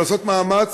ולעשות מאמץ,